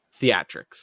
theatrics